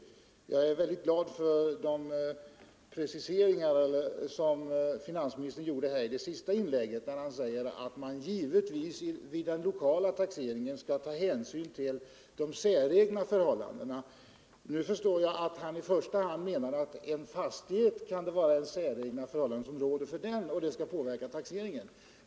Och jag är mycket glad för de preciseringar som finansministern gjorde i sitt senaste inlägg, där han sade att man givetvis vid den lokala taxeringen skall ta hänsyn till ”säregna förhållanden”. Nu förstår jag att han i första hand menar att det kan råda säregna förhållanden för en viss fastighet och att det skall påverka taxeringen.